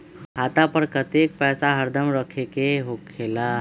खाता पर कतेक पैसा हरदम रखखे के होला?